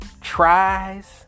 tries